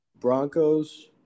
Broncos